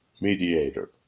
mediator